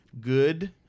good